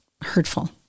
hurtful